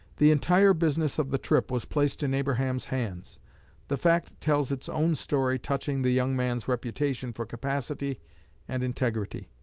the entire business of the trip was placed in abraham's hands. the fact tells its own story touching the young man's reputation for capacity and integrity.